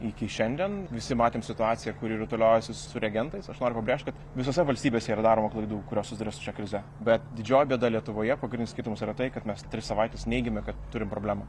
iki šiandien visi matėm situaciją kuri rutuliojosi su reagentais aš noriu pabrėžti kad visose valstybėse yra daroma klaidų kurios susiduria šia krize bet didžioji bėda lietuvoje pagrindinis skirtumas yra tai kad mes tris savaites neigėme kad turim problemų